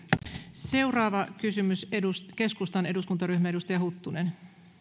seuraava kysymys keskustan eduskuntaryhmä edustaja huttunen